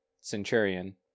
centurion